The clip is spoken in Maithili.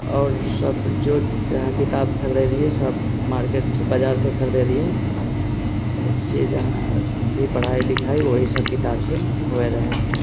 आओर सब जो जहाँ किताब खरीदै रहियै सब मार्केट बजारसँ खरीदै रहियै जे जहाँ भी पढ़ाइ लिखाइ ओहिसँ किताबसँ होइ रहै